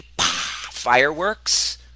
fireworks